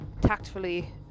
tactfully